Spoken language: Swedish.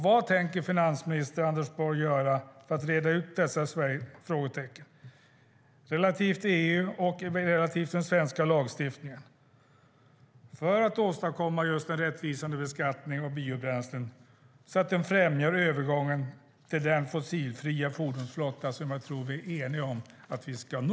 Vad tänker finansminister Anders Borg göra för att reda ut dessa frågetecken relativt EU och den svenska lagstiftningen för att åstadkomma en rättvis beskattning av biobränslen så att den främjar övergången till den fossilfria fordonsflotta som jag tror vi är eniga om att vi ska nå?